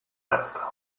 nest